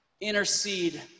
Intercede